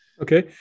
Okay